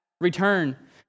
return